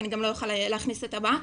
ואני גם לא אוכל להכניס את הבא.